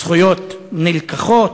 זכויות נלקחות,